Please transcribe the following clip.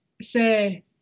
say